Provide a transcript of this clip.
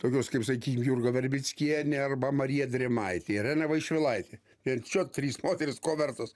tokios kaip sakykim jurga verbickienė arba marija drėmaitė irena vaišvilaitė ir čia trys moterys ko vertos